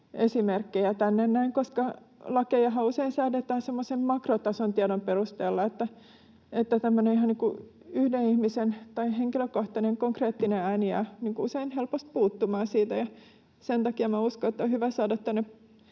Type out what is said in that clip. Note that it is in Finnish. esimerkkejä tänne näin, koska lakejahan usein säädetään semmoisen makrotason tiedon perusteella — tämmöinen ihan yhden ihmisen henkilökohtainen, konkreettinen ääni jää usein helposti puuttumaan siitä. Sen takia uskon, että on hyvä saada